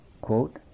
quote